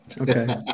Okay